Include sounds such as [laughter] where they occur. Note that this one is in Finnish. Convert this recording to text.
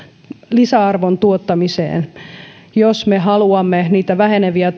lisäarvon tuottamiseen jos me haluamme että niistä vähenevistä [unintelligible]